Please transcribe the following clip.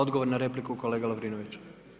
Odgovor na repliku, kolega Lovrinović.